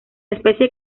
especie